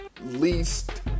Least